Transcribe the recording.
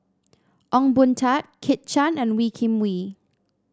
Ong Boon Tat Kit Chan and Wee Kim Wee